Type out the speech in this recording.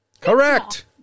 Correct